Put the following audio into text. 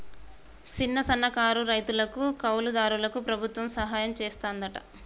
సిన్న, సన్నకారు రైతులకు, కౌలు దారులకు ప్రభుత్వం సహాయం సెత్తాదంట